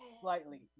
slightly